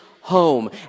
home